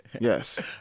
Yes